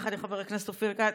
יחד עם חבר הכנסת אופיר כץ,